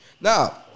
Now